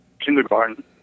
kindergarten